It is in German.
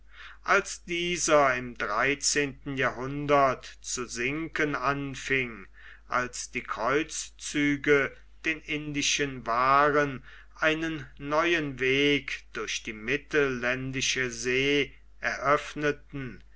als dieser im dreizehnten jahrhundert zu sinken anfing als die kreuzzüge den indischen waaren einen neuen weg durch die mittelländische see eröffneten